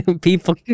people